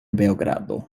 beogrado